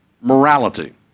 morality